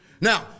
Now